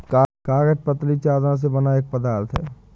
कागज पतली चद्दरों से बना एक पदार्थ है